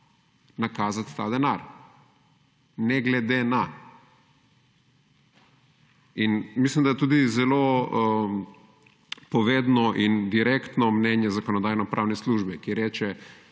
nakazati ta denar, ne glede na. Mislim, da je tudi zelo povedno in direktno mnenje Zakonodajno-pravne službe, ki reče